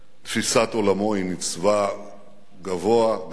בתפיסת עולמו היא ניצבה גבוה גבוה,